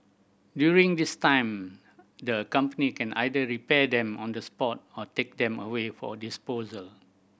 during this time the company can either repair them on the spot or take them away for a disposal